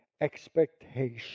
expectation